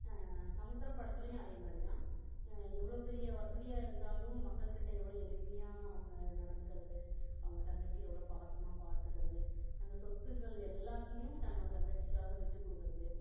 சமுத்திரம் படத்துலையும் அதே மாதிரி தான் எவ்வளோ பெரிய வசதியாக இருந்தாலும் மக்கள்கிட்ட எவ்வளோ எளிமையாக அவங்க நடந்துக்கறது அவங்க தங்கச்சி எவ்வளோ பாசமாக பார்த்துக்கறது அந்த சொத்துக்கள் எல்லாத்தையும் தன்னோட தங்கச்சிக்காக விட்டு கொடுக்கறது